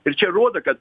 ir čia rodo kad